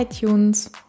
iTunes